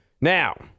Now